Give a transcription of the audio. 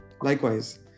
Likewise